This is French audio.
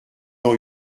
dans